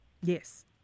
Yes